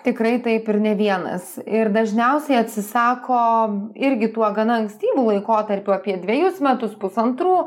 tikrai taip ir ne vienas ir dažniausiai atsisako irgi tuo gana ankstyvu laikotarpiu apie dvejus metus pusantrų